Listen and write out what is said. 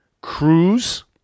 cruise